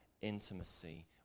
intimacy